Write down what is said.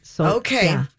Okay